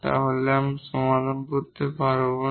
তাহলে আমরা সমাধান করতে পারব না